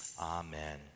amen